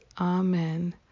Amen